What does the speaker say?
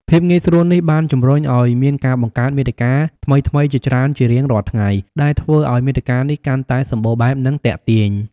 ភាពងាយស្រួលនេះបានជំរុញឱ្យមានការបង្កើតមាតិកាថ្មីៗជាច្រើនជារៀងរាល់ថ្ងៃ ដែលធ្វើឱ្យវេទិកានេះកាន់តែសម្បូរបែប និងទាក់ទាញ។